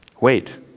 Wait